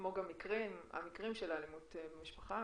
כמו גם המקרים של אלימות במשפחה,